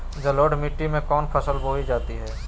जलोढ़ मिट्टी में कौन फसल बोई जाती हैं?